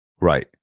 Right